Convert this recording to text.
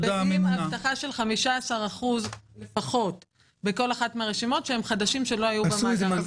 עם הבטחה של 15% לפחות בכל אחת מהרשימות שהם חדשים שלא היו במאגר.